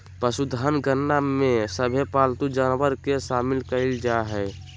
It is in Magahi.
पशुधन गणना में सभे पालतू जानवर के शामिल कईल जा हइ